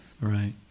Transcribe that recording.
Right